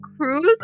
cruise